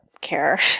care